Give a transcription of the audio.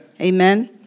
Amen